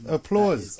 Applause